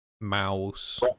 mouse